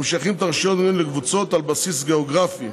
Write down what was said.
המשייכת את הרשויות המקומיות לקבוצות על בסיס גיאוגרפי.